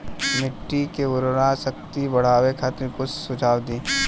मिट्टी के उर्वरा शक्ति बढ़ावे खातिर कुछ सुझाव दी?